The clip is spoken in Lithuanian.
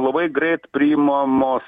labai greit priimamos